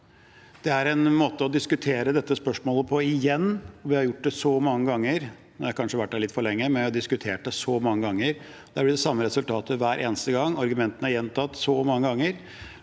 Det er en måte å diskutere dette spørsmålet på igjen. Vi har gjort det så mange ganger. Jeg har kanskje vært her litt for lenge, men vi har diskutert det så mange ganger. Det er de samme resultatene hver eneste gang. Argumentene er gjentatt så mange ganger